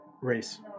race